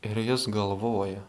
ir jis galvoja